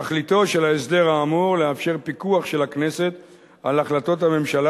תכליתו של ההסדר האמור לאפשר פיקוח של הכנסת על החלטות הממשלה